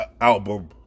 album